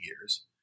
years